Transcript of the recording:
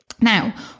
Now